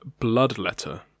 Bloodletter